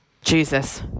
Jesus